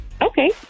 Okay